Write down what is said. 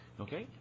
Okay